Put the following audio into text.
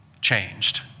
changed